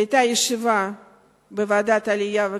היתה ישיבה בוועדת העלייה והקליטה.